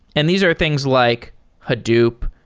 and these are things like hadoop,